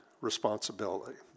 responsibility